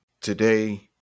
today